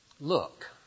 look